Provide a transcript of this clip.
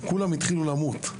כולם התחילו למות.